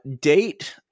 date